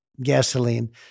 gasoline